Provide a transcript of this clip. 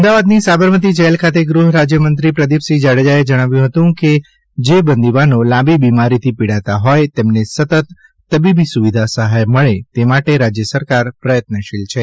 અમદાવાદની સાબરમતી જેલ ખાતે ગૃહ રાજ્ય મંત્રી શ્રી પ્રદીપસિંહ જાડેજાએ જણાવ્યું હતું કે જે બંદીવાનો લાંબી બીમારીથી પીડાતા હોય તેમને સતત તબીબી સુવિધા સહાય મળે તે માટે રાજ્ય સરકાર પ્રયત્તશીલ છે